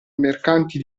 mercanti